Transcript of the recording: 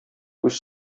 күз